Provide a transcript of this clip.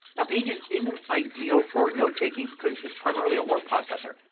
now pages isn't ideal for note taking because it's primarily a word processor.